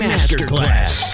Masterclass